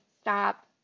stop